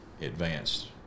advanced